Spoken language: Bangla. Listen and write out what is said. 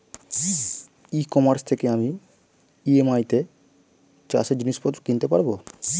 ই কমার্স থেকে আমি ই.এম.আই তে চাষে জিনিসপত্র কিনতে পারব?